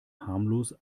harmlos